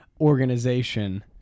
organization